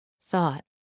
Thought